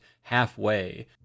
halfway